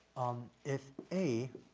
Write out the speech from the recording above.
um, if a